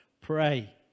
Pray